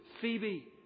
Phoebe